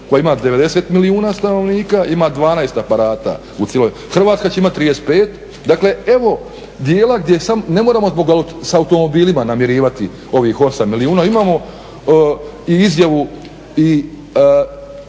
koja ima 90 milijuna stanovnika, ima 12 aparata u cijeloj. Hrvatska će imati 35. Dakle, evo dijela gdje ne moramo sa automobilima namirivati ovih 8 milijuna. Imamo i izjavu